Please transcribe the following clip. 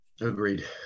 agreed